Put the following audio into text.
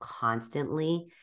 constantly